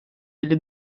elli